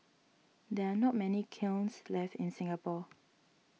there are not many kilns left in Singapore